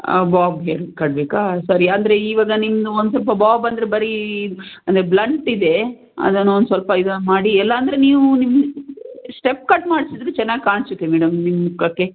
bob haircut ಬೇಕಾ ಸರಿ ಅಂದರೆ ಇವಾಗ ನಿಮ್ದು ಒಂದು ಸ್ವಲ್ಪ ಬೋಬ್ ಅಂದರೆ ಬರೀ ಅಂದರೆ ಬ್ಲಂಟಿದೆ ಅದನ್ನೊಂದು ಸ್ವಲ್ಪ ಇದನ್ನು ಮಾಡಿ ಇಲ್ಲಾಂದರೆ ನೀವು ನಿಮ್ಮ ಸ್ಟೆಪ್ ಕಟ್ ಮಾಡಿಸಿದ್ರೆ ಚೆನ್ನಾಗಿ ಕಾಣಿಸತ್ತೆ ಮೇಡಮ್ ನಿಮ್ಮ ಮುಖಕ್ಕೆ